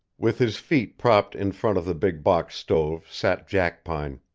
with his feet propped in front of the big box stove sat jackpine.